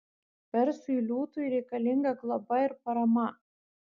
persui liūtui reikalinga globa ir parama